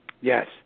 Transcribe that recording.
Yes